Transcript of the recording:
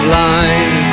line